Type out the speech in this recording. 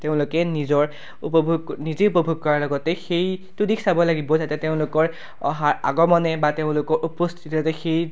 তেওঁলোকে নিজৰ উপভোগ নিজেই উপভোগ কৰাৰ লগতে সেইটো দিশ চাব লাগিব যাতে তেওঁলোকৰ অহাৰ আগমনে বা তেওঁলোকৰ উপস্থিতিয়ে যাতে সেই